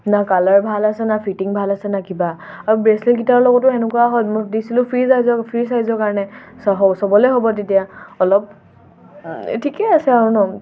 না কালাৰ ভাল আছে না ফিটিং ভাল আছে না কিবা আৰু ব্ৰেচলেটকেইটাৰ লগতো এনেকুৱা হয় মোক দিছিলোঁ ফ্ৰী চাইজৰ ফ্ৰী চাইজৰ কাৰণে চ হ চবলৈ হ'ব তেতিয়া অলপ ঠিকেই আছে আৰু ন